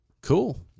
Cool